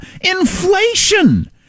inflation